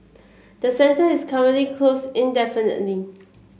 the centre is currently closed indefinitely